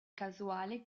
casuale